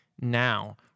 now